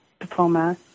diploma